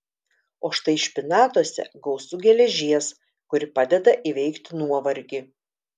o štai špinatuose gausu geležies kuri padeda įveikti nuovargį